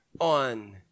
on